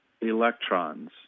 electrons